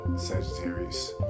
Sagittarius